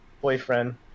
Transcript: boyfriend